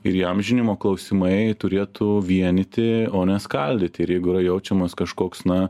ir įamžinimo klausimai turėtų vienyti o ne skaldyti ir jeigu yra jaučiamas kažkoks na